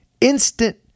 instant